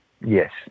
yes